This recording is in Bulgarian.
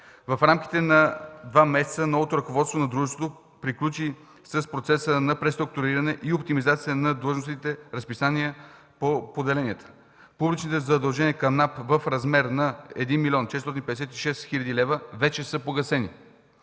В рамките на два месеца новото ръководство на дружеството приключи с процеса на преструктуриране и оптимизация на длъжностните разписания по поделенията. Публичните задължения към НАП в размер на 1 млн. 456 хил. лв. вече са погасени.